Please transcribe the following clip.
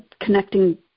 connecting